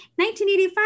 1985